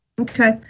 Okay